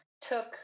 took